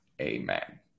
Amen